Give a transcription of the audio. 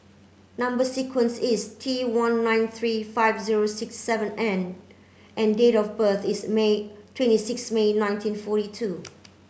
number sequence is T one nine three five zero six seven N and date of birth is May twenty six May nineteen forty two